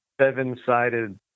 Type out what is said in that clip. seven-sided